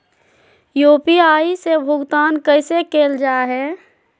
UPI से भुगतान कैसे कैल जहै?